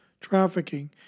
trafficking